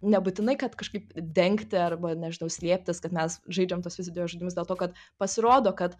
nebūtinai kad kažkaip dengti arba nežinau slėptis kad mes žaidžiam tuos videožaidimus dėl to kad pasirodo kad